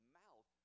mouth